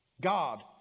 God